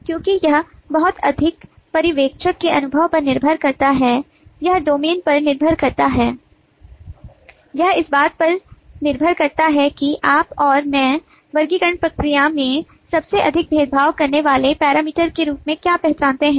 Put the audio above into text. क्योंकि यह बहुत अधिक पर्यवेक्षक के अनुभव पर निर्भर करता है यह डोमेन पर निर्भर करता है यह इस बात पर निर्भर करता है कि आप और मैं वर्गीकरण प्रक्रिया में सबसे अधिक भेदभाव करने वाले पैरामीटर के रूप में क्या पहचानते हैं